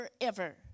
forever